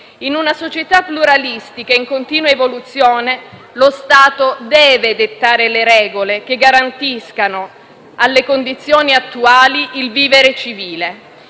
In una società pluralistica in continua evoluzione lo Stato deve dettare le regole che garantiscano, alle condizioni attuali, il vivere civile.